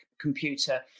computer